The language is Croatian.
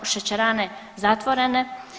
Šećerane zatvorene.